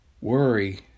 Worry